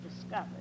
discovered